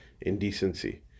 indecency